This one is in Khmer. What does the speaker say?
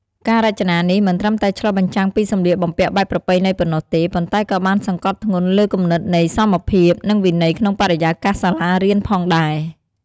ការរចនានេះមិនត្រឹមតែឆ្លុះបញ្ចាំងពីសម្លៀកបំពាក់បែបប្រពៃណីប៉ុណ្ណោះទេ ប៉ុន្តែក៏បានសង្កត់ធ្ងន់លើគំនិតនៃសមភាព និងវិន័យក្នុងបរិយាកាសសាលារៀនផងដែរ។